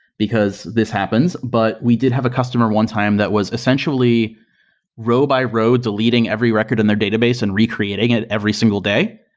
because this happens, but we did have a customer one time that was essentially row-by-row deleting every record in their database and recreating it every single day,